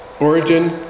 Origin